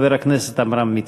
חבר הכנסת עמרם מצנע.